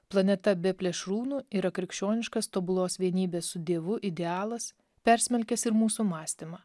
planeta be plėšrūnų yra krikščioniškas tobulos vienybės su dievu idealas persmelkęs ir mūsų mąstymą